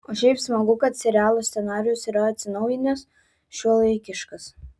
o šiaip smagu kad serialo scenarijus yra atsinaujinęs šiuolaikiškas